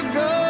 go